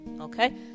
Okay